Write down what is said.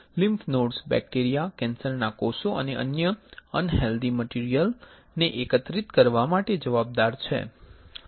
lymph nodes bacteria કેન્સરના કોષો અને અન્ય અનહેલ્ધિ મટીરિયલ ને એકત્રિત કરવા માટે જવાબદાર છે